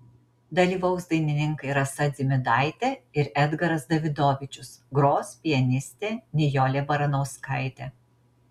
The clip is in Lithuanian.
dalyvaus dainininkai rasa dzimidaitė ir edgaras davidovičius gros pianistė nijolė baranauskaitė